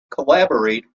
collaborate